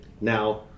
Now